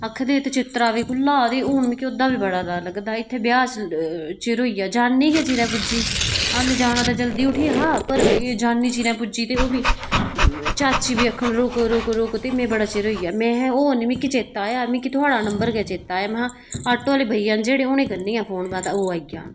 आखदे इत्थै चितरा बी खुल्ला ते हून मिकी उसदा बी बड़ा डर लगा दा इत्थै ब्याह् च चिर होई गेआ जानी गै चिरें पुज्जी आना ते जलदी उट्ठी हा पर जानी चिंरे पुज्जी ते ओह् बी चाची बी आक्खन लगी रुक रुक ते फ्ही मीं बड़ा चिर होई गेआ ते होर नेईं मिगी चेता आया मिगी तुआढ़ा नम्बर गै चेता आया में आटो आह्ले भेइया न जेह्ड़े उ'नें गी करनी हा फोन नेईं ते